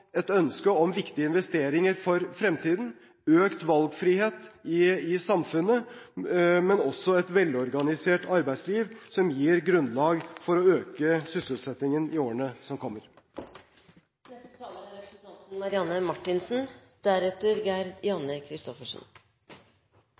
et ønske om viktige investeringer for fremtiden, økt valgfrihet i samfunnet, men også om et velorganisert arbeidsliv som gir grunnlag for å øke sysselsettingen i årene som kommer. Samtlige talere så langt i dag har i det minste vært enige om at perspektivmeldingen er